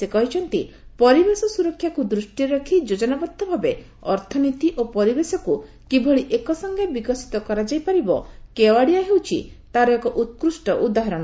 ସେ କହିଛନ୍ତି ପରିବେଶ ସୁରକ୍ଷାକୁ ଦୃଷ୍ଟିରେ ରଖି ଯୋଜନାବଦ୍ଧ ଭାବେ ଅର୍ଥନୀତି ଓ ପରିବେଶକୁ କିଭଳି ଏକସଙ୍ଗେ ବିକଶିତ କରାଯାଇପାରିବ କେଓ୍ୱାଡିଆ ହେଉଛି ତାହାର ଏକ ଉତ୍କୃଷ୍ଟ ଉଦାହରଣ